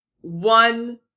one